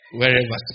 Wherever